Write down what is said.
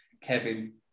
Kevin